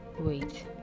Wait